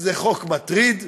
זה חוק מטריד,